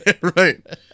Right